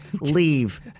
Leave